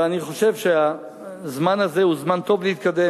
אבל אני חושב שהזמן הזה הוא זמן טוב להתקדם.